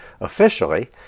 officially